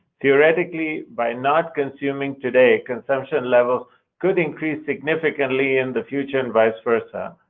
theoretically, by not consuming today, consumption levels could increase significantly in the future, and vice versa.